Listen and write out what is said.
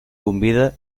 convida